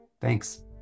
thanks